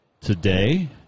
today